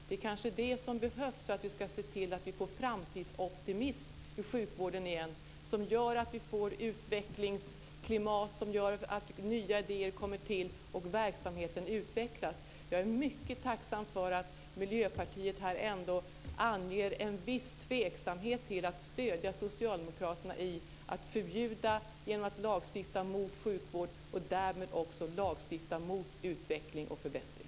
Det kanske är det som behövs för att vi ska se till att få framtidsoptimism i sjukvården igen, som gör att vi får utvecklingsklimat, som gör att nya idéer kommer till och verksamheten utvecklas. Jag är mycket tacksam för att Miljöpartiet här ändå anger en viss tveksamhet till att stödja socialdemokraterna i att förbjuda genom att lagstifta mot sjukvård och därmed också lagstifta mot utveckling och förbättring.